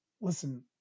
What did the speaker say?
listen